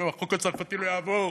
והחוק הצרפתי לא יעבור.